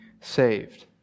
saved